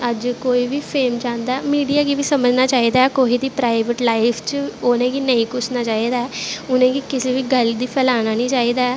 अज्ज कोई बी फेम चांह्दा ऐ मीडिया गी बी समझनां चाही दा ऐ प्राईवेट लाईफ च उनेंगी नेंई घुसना चाही दा ऐ उनेंगी कुसा बी गल्ल गी फलाना नी चाही दा ऐ